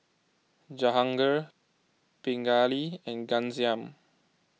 Jahangir Pingali and Ghanshyam